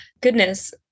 goodness